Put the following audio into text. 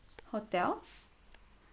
hotels